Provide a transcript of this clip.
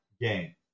game